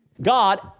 God